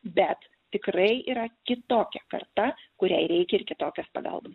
bet tikrai yra kitokia karta kuriai reikia ir kitokios pagalbos